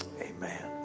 Amen